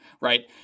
right